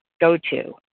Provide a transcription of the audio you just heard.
go-to